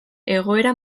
egoera